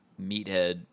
meathead